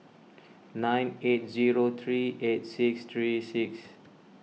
nine eight zero three eight six three six